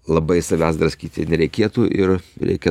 labai savęs draskyti nereikėtų ir reikia